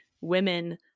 women